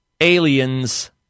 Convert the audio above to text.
aliens